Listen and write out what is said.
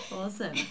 Awesome